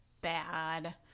bad